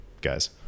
guys